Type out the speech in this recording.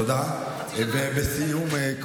תודה רבה, טלי.